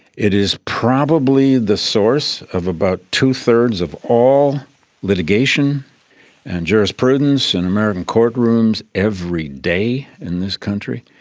it is probably the source of about two-thirds of all litigation and jurisprudence in american courtrooms every day in this country.